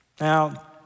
Now